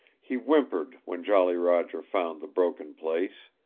he whimpered when jolly roger found the broken place,